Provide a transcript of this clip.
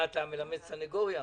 אתה מלמד סנגוריה...גיא,